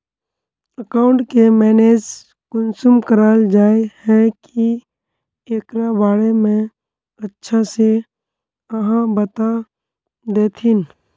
Account के manage कुंसम कराल जाय है की एकरा बारे में अच्छा से आहाँ बता देतहिन?